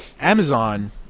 Amazon